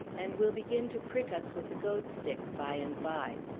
and will begin to prick us with the goad-stick, by and by.